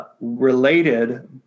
related